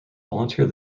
volunteer